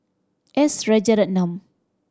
S Rajaratnam